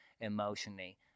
emotionally